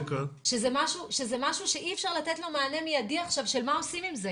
שזה משהו שאי אפשר לתת לו מענה מיידי עכשיו של מה עושים עם זה.